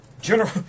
General